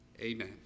Amen